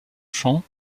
chant